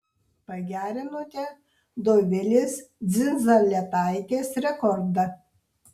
pagerinote dovilės dzindzaletaitės rekordą